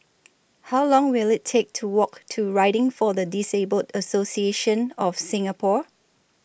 How Long Will IT Take to Walk to Riding For The Disabled Association of Singapore